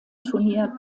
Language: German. turnier